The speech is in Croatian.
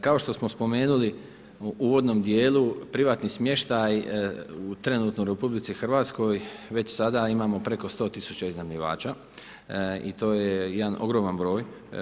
Kao što smo spomenuli u uvodnom dijelu privatni smještaj trenutno u RH već sada imamo preko 100 tisuća iznajmljivača i to je jedan ogroman broj.